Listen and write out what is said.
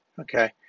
Okay